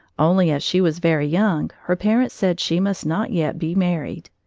only as she was very young, her parents said she must not yet be married.